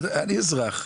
- "אני אזרח,